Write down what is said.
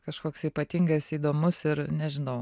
kažkoks ypatingas įdomus ir nežinau